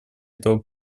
этого